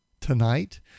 tonight